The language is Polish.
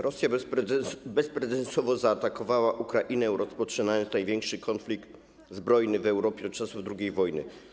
Rosja bezprecedensowo zaatakowała Ukrainę, rozpoczynając największy konflikt zbrojny w Europie od czasów II wojny.